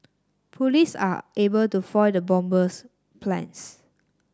police are able to foil the bomber's plans